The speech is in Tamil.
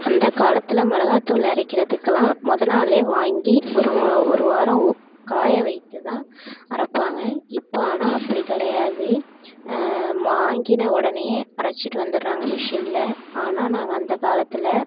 அந்த காலத்தில் மிளகாத்தூள் அரைக்கிறத்துக்கெல்லாம் மொதல் நாளே வாங்கி ஒரு ஒரு வாரம் காய வைத்து தான் அரைப்பாங்க இப்போ ஆனால் அப்படி கிடையாது வாங்கின உடனேயே அரைச்சிட்டு வந்துடுறாங்க மிஷினில் ஆனால் நாங்கள் அந்த காலத்தில்